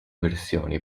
versioni